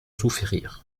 souffrir